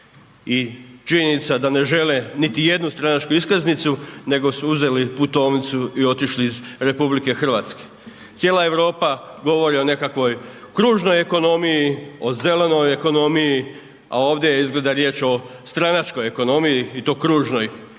I činjenica da ne žele niti jednu stranačku iskaznicu, nego su uzeli putovnicu i otišli iz RH. Cijela Europa govori o nekakvoj kružnoj ekonomiji, o zelenoj ekonomiji, a ovdje je izgleda riječ o stranačkoj ekonomiji i to kružnoj, jer